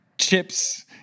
chips